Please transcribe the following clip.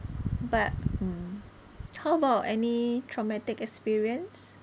but mm how about any traumatic experience